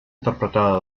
interpretada